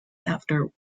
after